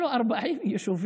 אלה 40 היישובים